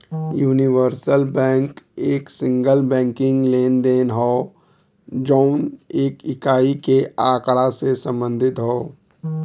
universal bank एक single banking लेनदेन हौ जौन एक इकाई के आँकड़ा से संबंधित हौ